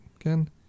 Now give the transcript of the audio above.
again